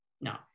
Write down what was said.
No